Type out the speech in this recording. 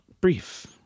brief